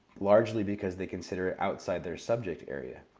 largely because they consider it outside their subject area,